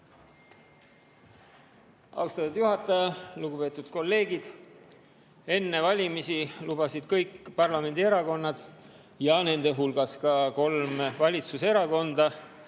Austatud juhataja! Lugupeetud kolleegid! Enne valimisi lubasid kõik parlamendierakonnad, nende hulgas ka kolm valitsuserakonda,